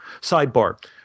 Sidebar